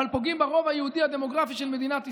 אבל פוגעים ברוב היהודי הדמוגרפי של מדינת ישראל,